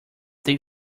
they